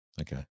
Okay